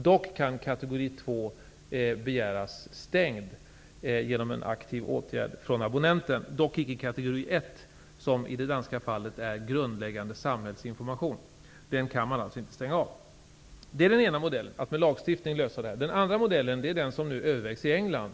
Dock kan kategori 2-tjänsterna begäras stängda genom en aktiv åtgärd från abonnenten, men inte kategori 1 tjänsterna, som i det danska fallet omfattar grundläggande samhällsinformation. Den tjänsten kan man inte stänga av. Det är alltså den ena modellen, att genom lagstiftning lösa frågan. Den andra modellen är den som nu övervägs i England.